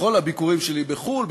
בכל הביקורים שלי בחו"ל,